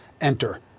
enter